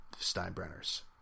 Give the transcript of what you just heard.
Steinbrenner's